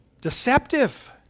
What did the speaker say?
deceptive